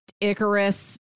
Icarus